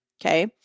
Okay